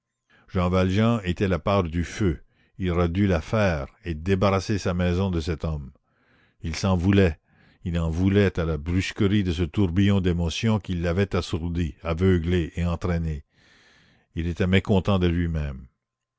jean valjean était la part du feu il aurait dû la faire et débarrasser sa maison de cet homme il s'en voulait il en voulait à la brusquerie de ce tourbillon d'émotions qui l'avait assourdi aveuglé et entraîné il était mécontent de lui-même